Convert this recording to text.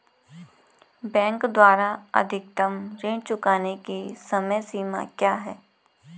Bank द्वारा अधिकतम ऋण चुकाने की समय सीमा क्या है?